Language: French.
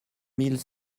mille